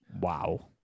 Wow